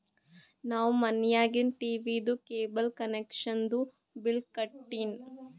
ನಮ್ ಮನ್ಯಾಗಿಂದ್ ಟೀವೀದು ಕೇಬಲ್ ಕನೆಕ್ಷನ್ದು ಬಿಲ್ ಕಟ್ಟಿನ್